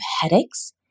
headaches